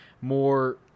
more